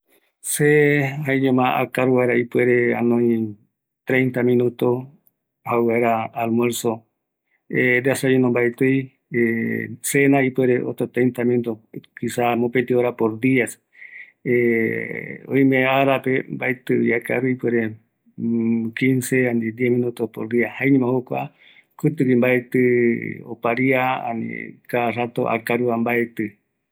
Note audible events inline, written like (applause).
﻿Se jaeñoma akaruvaera ipuere anoi treinta minutos jaevaera almuerzo (hesitation) desayuno mbaetii, cena ipuere otro treinta minutos, mopeti hora por dia (hesitation) oime arape mbaetivi akrau ipuiere quince a ni diez minuto por dia, jaeñoma jokua kutigui mbaeti oparia ani, cada rato akarua mbaeti